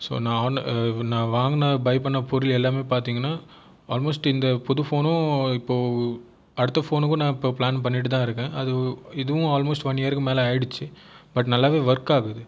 so நான் வாங்கின buy பண்ண பொருள் எல்லாமே பார்த்தீங்கன்னா ஆல்மோஸ்ட் இந்த புது ஃபோனும் இப்போது அடுத்த ஃபோனுக்கும் நான் இப்போது பிளான் பண்ணிகிட்டு தான் இருக்கேன் இதுவும் ஆல்மோஸ்ட் ஒன் இயருக்கு மேலே ஆகிடுச்சி பட் நல்லாவே ஒர்க் ஆகுது